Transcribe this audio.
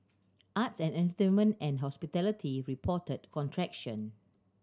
arts and entertainment and hospitality reported contraction